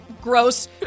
gross